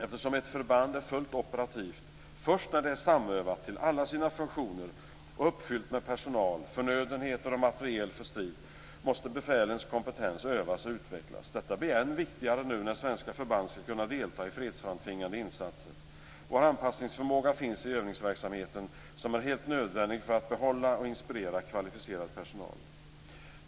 Eftersom ett förband är fullt operativt först när det är samövat till alla sina funktioner och uppfyllt med personal, förnödenheter och materiel för strid måste befälens kompetens övas och utvecklas. Detta blir än viktigare nu när svenska förband skall kunna delta i fredsframtvingande insatser. Vår anpassningsförmåga finns i övningsverksamheten, som är helt nödvändig för att behålla och inspirera kvalificerad personal.